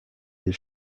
des